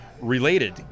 Related